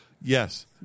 yes